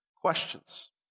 questions